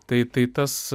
tai tai tas